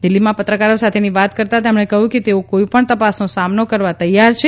દિલ્હીમાં પત્રકારો સાથે વાત કરતાં તેમણે કહ્યું કે તેઓ કોઈપણ તપાસનો સામનો કરવા તૈયાર છે